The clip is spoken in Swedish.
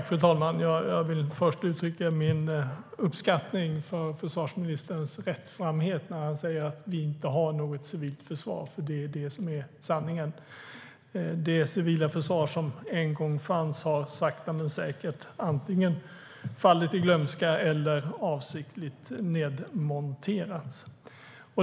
Fru talman! Jag vill först uttrycka min uppskattning för försvarsministerns rättframhet. Han sa att vi inte har något civilt försvar. Det är sanningen. Det civila försvar som en gång fanns har sakta men säkert antingen fallit i glömska eller avsiktligt nedmonterats.